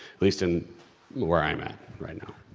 least and where i'm at right now.